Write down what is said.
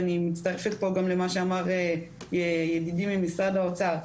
ואני מצטרפת פה גם למה שאמר ידידי ממשרד האוצר,